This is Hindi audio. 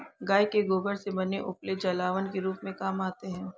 गाय के गोबर से बने उपले जलावन के रूप में काम आते हैं